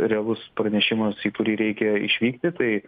realus pranešimas į kurį reikia išvykti tai